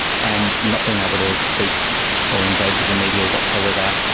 and not being able to speak or engage with the media whatsoever,